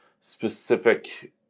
specific